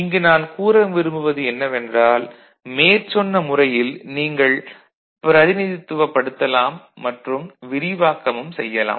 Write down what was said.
இங்கு நான் கூற விரும்புவது என்னவென்றால் மேற்சொன்ன முறையில் நீங்கள் பிரதிநிதித்துவப் படுத்தலாம் மற்றும் விரிவாக்கமும் செய்யலாம்